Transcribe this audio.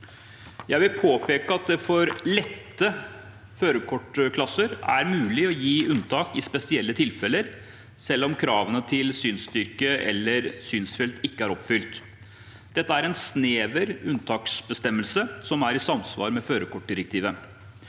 Jeg vil påpeke at det for lette førerkortklasser er mulig å gi unntak i spesielle tilfeller, selv om kravene til synsstyrke eller synsfelt ikke er oppfylt. Dette er en snever unntaksbestemmelse som er i samsvar med fører kortdirektivet.